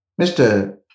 Mr